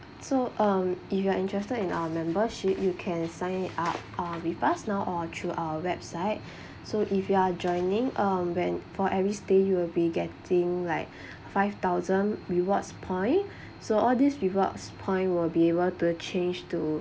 so um if you are interested in our membership you can sign up uh with us now or through our website so if you are joining um when for every stay you will be getting like five thousand rewards point so all these rewards point will be able to change to